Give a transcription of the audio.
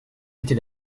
était